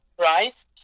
right